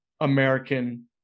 American